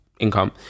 income